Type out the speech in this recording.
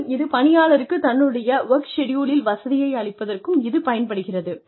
மேலும் இது பணியாளருக்கு தன்னுடைய வொர்க் ஷெடியூலில் வசதியை அளிப்பதற்கும் இது பயன்படுகிறது